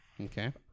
okay